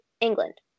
England